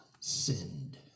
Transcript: sinned